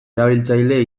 erabiltzaile